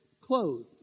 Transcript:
clothed